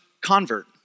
convert